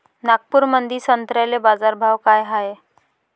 नागपुरामंदी संत्र्याले बाजारभाव काय हाय?